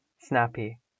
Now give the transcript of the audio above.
Snappy